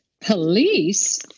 Police